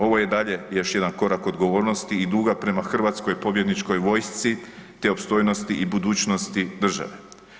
Ovo je dalje još jedan korak odgovornosti i duga prema hrvatskoj pobjedničkoj vojsci, te opstojnosti i budućnosti države.